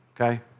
okay